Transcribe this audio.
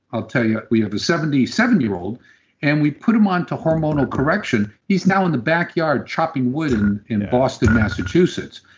i'll tell you, we have a seventy seven year old and we put him onto hormonal correction, he is now on the backyard chopping wood in boston, massachusetts.